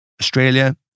australia